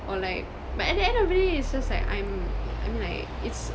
or like but at the end of the day it's just like I'm I mean like it's